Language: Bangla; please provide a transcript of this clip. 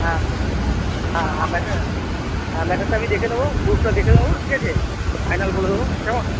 হ্যাঁ হ্যাঁ হ্যাঁ ম্যাটার হ্যাঁ ম্যাটারটা আমি দেখে নেব প্রুফটা দেখে দেবো ঠিক আছে ফাইনাল বলে দেবো কেমন